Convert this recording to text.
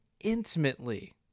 intimately